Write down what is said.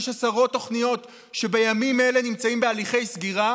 יש עשרות תוכניות שבימים אלה נמצאות בהליכי סגירה,